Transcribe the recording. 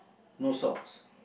no socks